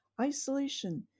Isolation